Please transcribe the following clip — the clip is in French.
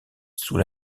sous